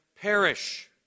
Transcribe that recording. perish